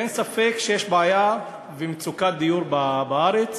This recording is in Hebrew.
אין ספק שיש בעיה ומצוקת דיור בארץ.